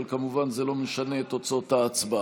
אבל כמובן שזה לא משנה את תוצאות ההצבעה.